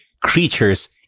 creatures